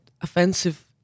offensive